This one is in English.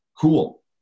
cool